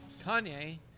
Kanye